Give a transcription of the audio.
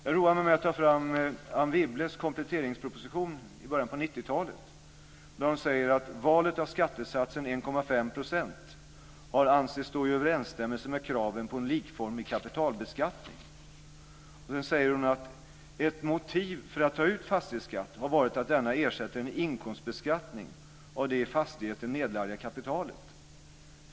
Jag har roat mig med att ta fram Anne Wibbles kompletteringsproposition från början av 90-talet där hon säger: Valet av skattesatsen 1,5 % har ansetts stå i överensstämmelse med kraven på en likformig kapitalbeskattning. Sedan säger hon: Ett motiv för att ta ut fastighetsskatt har varit att denna ersätter en inkomstbeskattning av det i fastigheten nedlagda kapitalet.